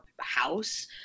house